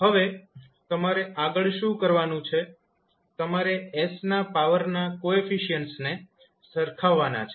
હવે તમારે આગળ શું કરવાનું છે તમારે s ના પાવર ના કોએફિસિયન્ટસ ને સરખાવાના છે